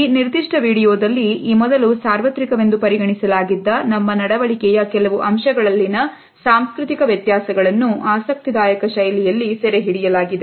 ಈ ನಿರ್ದಿಷ್ಟ ವಿಡಿಯೋದಲ್ಲಿ ಈ ಮೊದಲು ಸಾರ್ವತ್ರಿಕ ವೆಂದು ಪರಿಗಣಿಸಲಾಗಿದ್ದ ನಮ್ಮ ನಡವಳಿಕೆಯ ಕೆಲವು ಅಂಶಗಳಲ್ಲಿನ ಸಾಂಸ್ಕೃತಿಕ ವ್ಯತ್ಯಾಸಗಳನ್ನು ಆಸಕ್ತಿದಾಯಕ ಶೈಲಿಯಲ್ಲಿ ಸೆರೆಹಿಡಿಯಲಾಗಿದೆ